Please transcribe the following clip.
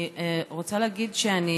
אני רוצה להגיד שאני